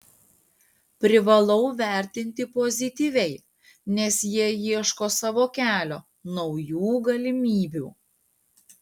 privalau vertinti pozityviai nes jie ieško savo kelio naujų galimybių